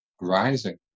rising